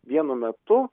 vienu metu